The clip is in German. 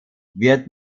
wird